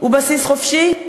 הוא בסיס חופשי?